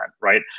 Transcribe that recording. right